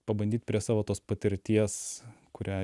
pabandyt prie savo tos patirties kurią